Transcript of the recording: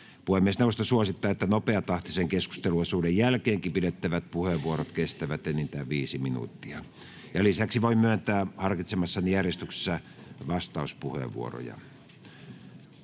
Puhemiesneuvosto suosittaa, että nopeatahtisen keskusteluosuuden jälkeenkin pidettävät puheenvuorot kestävät enintään viisi minuuttia. Lisäksi voin myöntää harkitsemassani järjestyksessä vastauspuheenvuoroja.